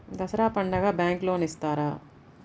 దసరా పండుగ bank loan ఇస్తారా?